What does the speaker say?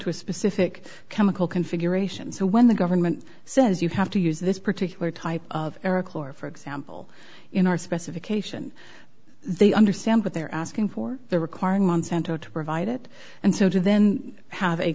to a specific chemical configuration so when the government says you have to use this particular type of eric loehr for example in our specification they understand what they're asking for the requiring monsanto to provide it and so to then have a